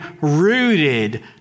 rooted